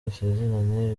dusezeranye